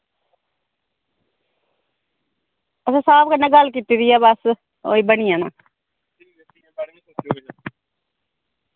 असैं साह्ब कन्नै गल्ल कीती दी ऐ बस ओह् बनी जाना